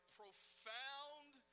profound